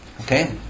Okay